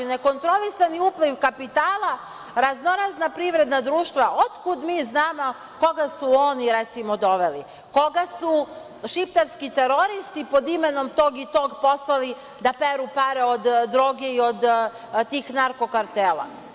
Nekontrolisani upliv kapitala, raznorazna privredna društva, otkud mi znamo koga su oni, recimo, doveli, koga su šiptarski teroristi pod imenom tog i tog poslali da peru pare od droge i od tih narko kartela?